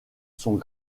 sont